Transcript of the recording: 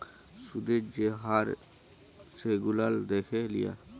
সুদের যে হার সেগুলান দ্যাখে লিয়া